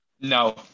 No